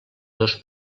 dos